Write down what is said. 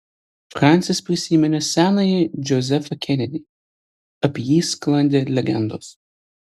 fransis prisiminė senąjį džozefą kenedį apie jį sklandė legendos